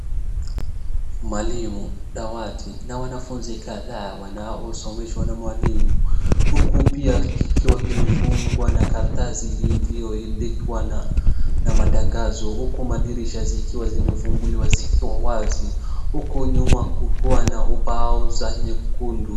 Mwalimu, dawati na wanafunzi kadhaa wanaosomeshwa na mwalimu huku pia kikiwa kimefungwa na karatasi iliyoandikwa na matangazo huku madirisha zikiwa zimefunguliwa zikiwa wazi, huku nyuma kukiwa na ubao za nyekundu.